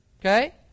Okay